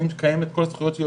אני מקיים את כל הזכויות שלי,